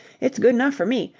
it's good enough for me.